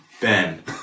Ben